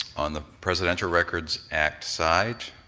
on the presidential records act side,